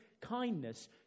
kindness